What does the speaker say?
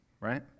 right